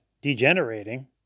degenerating